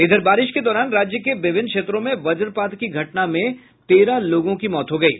इधर बारिश के दौरान राज्य के विभिन्न क्षेत्रों में वज्रपात की घटना में आठ लोगों की मौत हो गयी